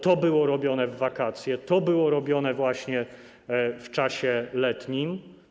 To było robione w wakacje, to było robione właśnie w czasie letnim.